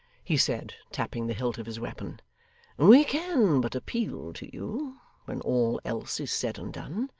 he said, tapping the hilt of his weapon we can but appeal to you when all else is said and done.